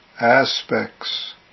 aspects